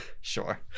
sure